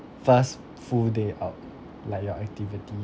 first full day out like your activities